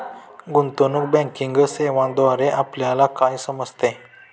गुंतवणूक बँकिंग सेवांद्वारे आपल्याला काय समजते?